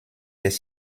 des